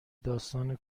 داستان